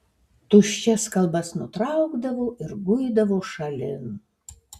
tuščias kalbas nutraukdavo ir guidavo šalin